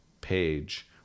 page